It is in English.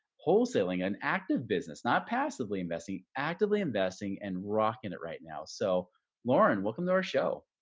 wholesaling an active business, not passively investing, actively investing and rocking it right now. so lauren, welcome to our show!